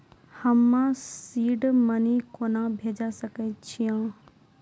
हम्मे seed money कोना भेजी सकै छिओंन